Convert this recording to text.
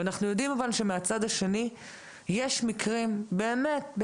אנחנו יודעים שמהצד השני יש מקרים של